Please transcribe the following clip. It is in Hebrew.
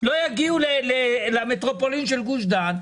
לא יגיעו למטרופולין של גוש דן,